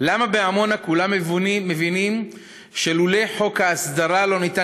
למה בעמונה כולם מבינים שללא חוק ההסדרה לא ניתן